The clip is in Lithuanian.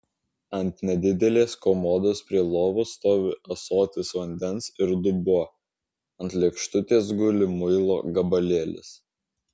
ant nedidelės komodos prie lovos stovi ąsotis vandens ir dubuo ant lėkštutės guli muilo gabalėlis